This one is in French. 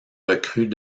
recrues